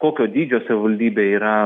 kokio dydžio savivaldybė yra